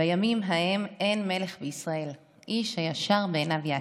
"בימים ההם אין מלך בישראל איש הישר בעיניו יעשה",